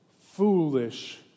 foolish